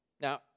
Now